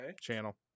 channel